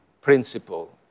principle